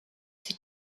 sie